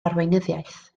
arweinyddiaeth